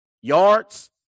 yards